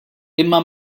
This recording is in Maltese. imma